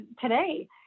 today